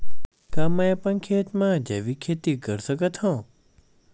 का मैं अपन खेत म जैविक खेती कर सकत हंव?